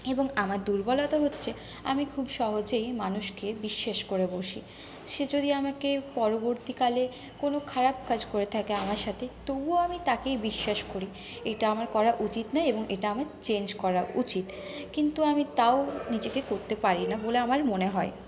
এবং আমরা দুর্বলতা হচ্ছে আমি খুব সহজেই মানুষকে বিশ্বাস করে বসি সে যদি আমাকে পরবর্তী কালে কোনো খারাপ কাজ করে থাকে আমার সাথে তবুও আমি তাকে বিশ্বাস করি এটা আমার করা উচিত নয় এবং এটা আমার চেঞ্জ করা উচিত কিন্তু আমি তাও নিজেকে করতে পারি না বলে আমার মনে হয়